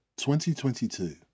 2022